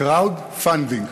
crowdfunding.